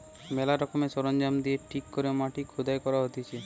ম্যালা রকমের সরঞ্জাম দিয়ে ঠিক করে মাটি খুদাই করা হতিছে